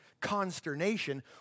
consternation